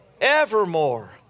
evermore